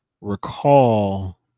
recall